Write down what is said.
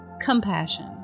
compassion